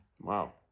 Wow